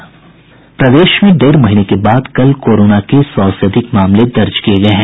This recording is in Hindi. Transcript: प्रदेश में डेढ़ महीने के बाद कल कोरोना के सौ से अधिक मामले दर्ज किये गये हैं